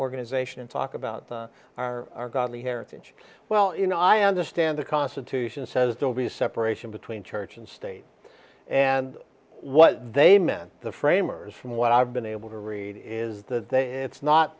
organization and talk about the our heritage well you know i understand the constitution says there will be a separation between church and state and what they meant the framers from what i've been able to read is that they it's not